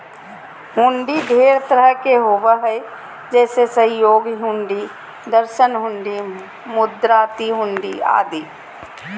हुंडी ढेर तरह के होबो हय जैसे सहयोग हुंडी, दर्शन हुंडी, मुदात्ती हुंडी आदि